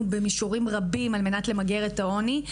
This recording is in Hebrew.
במישורים רבים על מנת למגר את העוני.